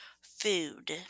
food